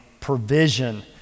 provision